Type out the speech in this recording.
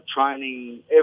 training